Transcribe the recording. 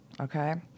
okay